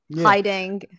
hiding